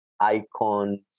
icons